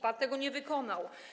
Pan tego nie wykonał.